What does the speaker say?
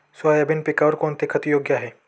Soybean पिकासाठी कोणते खत योग्य आहे?